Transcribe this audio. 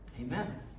Amen